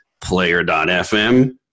Player.fm